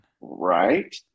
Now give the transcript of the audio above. right